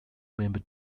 member